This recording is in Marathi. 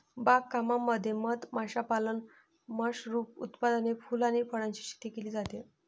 बाग कामामध्ये मध माशापालन, मशरूम उत्पादन, फुले आणि फळांची शेती केली जाते